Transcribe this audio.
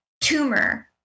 tumor